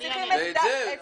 הקשב,